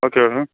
okay madam